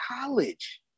college